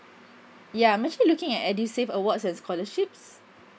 ya I'm actually looking at edusave awards and scholarships